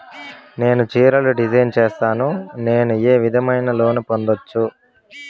నేను చీరలు డిజైన్ సేస్తాను, నేను ఏ విధమైన లోను పొందొచ్చు